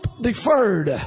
deferred